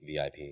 VIP